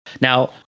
Now